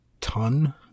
ton